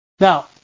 Now